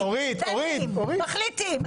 מחליטים,